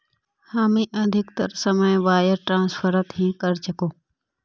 हामी अधिकतर समय वायर ट्रांसफरत ही करचकु